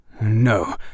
No